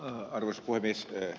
arvoisa puhemies